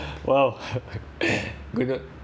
!wow!